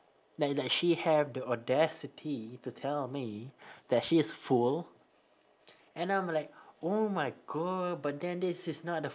like like she have the audacity to tell me that she's full and I'm like oh my god but then this is not the